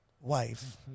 wife